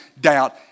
doubt